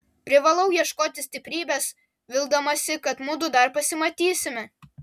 privalau ieškoti stiprybės vildamasi kad mudu dar pasimatysime